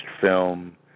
film